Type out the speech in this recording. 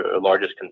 largest